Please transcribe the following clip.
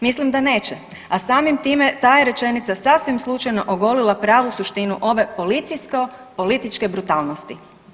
Mislim da neće, a samim time ta je rečenica sasvim slučajno ogolila pravu suštinu ove policijsko političke brutalnosti.